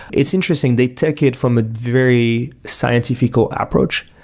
it's interesting, they take it from a very scientifical approach.